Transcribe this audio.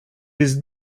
his